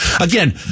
Again